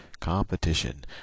Competition